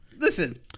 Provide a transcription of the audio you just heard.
listen